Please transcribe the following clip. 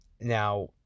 Now